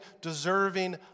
deserving